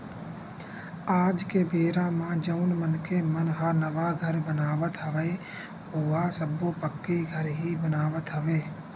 आज के बेरा म जउन मनखे मन ह नवा घर बनावत हवय ओहा सब्बो पक्की घर ही बनावत हवय